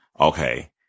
Okay